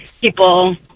people